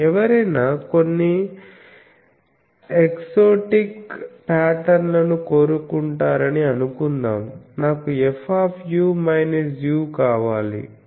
ఎవరైనా కొన్ని exotic pattern లను కోరుకుంటారని అనుకుందాంనాకు F u కావాలి అనుకుందాం